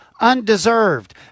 undeserved